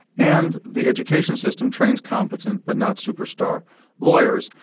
and the education system trains competent but not superstar lawyers.